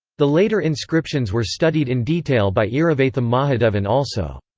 the later inscriptions were studied in detail by iravatham mahadevan also.